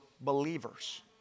believers